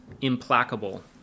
implacable